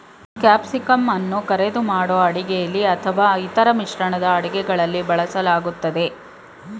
ಕ್ಯಾಪ್ಸಿಕಂಅನ್ನ ಕರಿದು ಮಾಡೋ ಅಡುಗೆಲಿ ಅಥವಾ ಇತರ ಮಿಶ್ರಣದ ಅಡುಗೆಗಳಲ್ಲಿ ಬಳಸಲಾಗ್ತದೆ